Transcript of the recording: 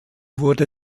wurde